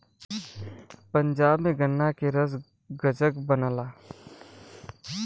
पंजाब में गन्ना के रस गजक बनला